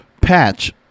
patch